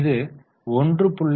இது 1